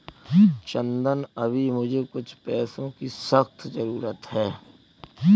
चंदन अभी मुझे कुछ पैसों की सख्त जरूरत है